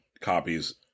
copies